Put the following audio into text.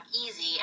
easy